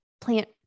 plant